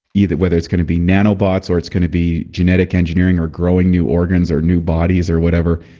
either whether it's going to be nanobots, or it's going to be genetic engineering or growing new organs or new bodies or whatever.